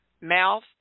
mouth